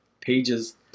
pages